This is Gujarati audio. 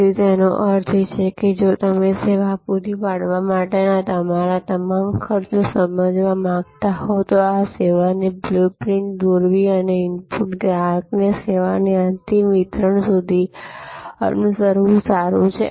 તેથી જેનો અર્થ છે કે જો તમે સેવા પૂરી પાડવા માટેના તમારા તમામ ખર્ચને સમજવા માંગતા હો તો સેવાની બ્લુ પ્રિન્ટ દોરવી અને ઇનપુટથી ગ્રાહકને સેવાની અંતિમ વિતરણ સુધી અનુસરવું સારું છે